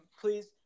please